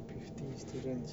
fifty students